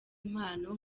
impano